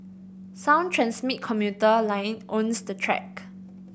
sound Tranmit commuter line owns the track